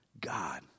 God